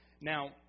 Now